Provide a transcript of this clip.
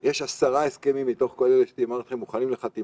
כמובן תוך היצמדות להוראות משרד הבריאות.